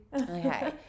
okay